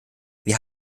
wir